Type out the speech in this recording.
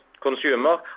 consumers